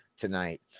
tonight